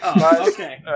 Okay